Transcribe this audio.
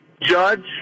judge